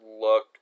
look